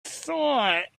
thought